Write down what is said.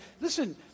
listen